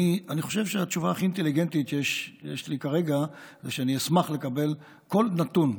אני חושב שהתשובה הכי אינטליגנטית שיש לי כרגע היא שאשמח לקבל כל נתון,